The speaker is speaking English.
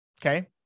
okay